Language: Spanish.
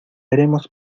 haremos